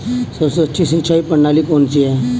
सबसे अच्छी सिंचाई प्रणाली कौन सी है?